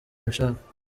abishaka